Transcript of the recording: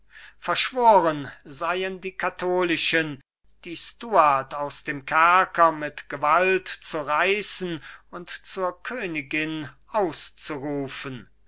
verschworen seien die katholischen die stuart aus dem kerker mit gewalt zu reißen und zur königin auszurufen